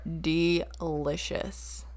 delicious